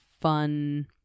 fun